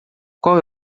qual